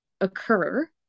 occur